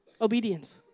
obedience